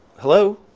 hello?